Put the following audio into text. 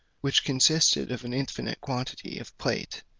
which consisted of an infinite quantity of plate,